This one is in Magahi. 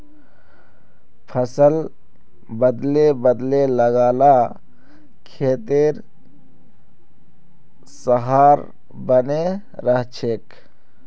फसल बदले बदले लगा ल खेतेर सहार बने रहछेक